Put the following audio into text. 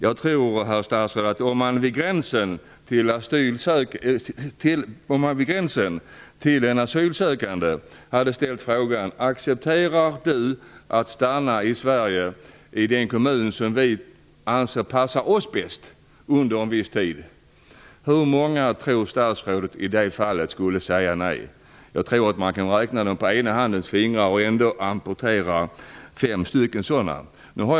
Hur många asylsökande tror statsrådet skulle säga nej om man vid gränsen frågade dem om de accepterar att stanna i den kommun i Sverige som vi anser passar oss bäst under en viss tid? Jag tror att man kan räkna dem på ena handens fingrar, även om fem fingrar är amputerade.